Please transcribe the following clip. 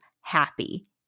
happy